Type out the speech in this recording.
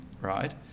right